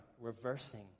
reversing